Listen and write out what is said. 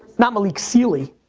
not malik sealy,